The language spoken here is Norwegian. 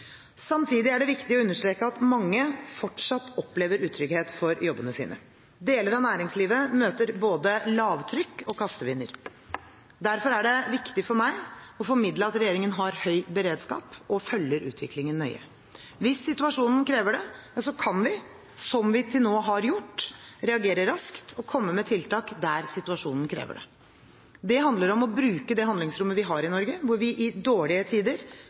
Samtidig er det viktig å understreke at mange fortsatt opplever utrygghet for jobbene sine. Deler av næringslivet møter både lavtrykk og kastevinder. Derfor er det viktig for meg å formidle at regjeringen har høy beredskap og følger utviklingen nøye. Hvis situasjonen krever det, kan vi – som vi til nå har gjort – reagere raskt og komme med tiltak. Det handler om å bruke det handlingsrommet vi har i Norge, hvor vi i dårlige tider